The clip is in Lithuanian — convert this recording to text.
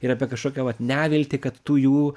ir apie kažkokią vat neviltį kad tu jų